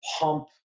pump